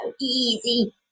easy